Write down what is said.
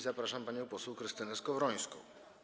Zapraszam panią poseł Krystynę Skowrońską.